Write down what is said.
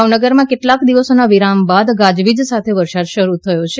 ભાવનગરમાં કેટલાક દિવસના વિરામ બાદ ગાજવીજ સાથે વરસાદ શરૂ થયો છે